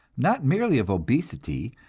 not merely of obesity,